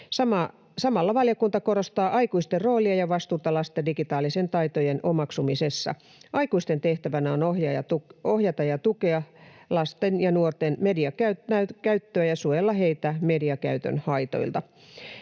Samalla valiokunta korostaa aikuisten roolia ja vastuuta lasten digitaalisten taitojen omaksumisessa. Aikuisten tehtävänä on ohjata ja tukea lasten ja nuorten mediakäyttöä ja suojella heitä mediakäytön haitoilta.